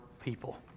people